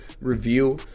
review